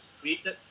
created